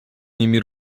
nimi